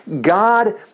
God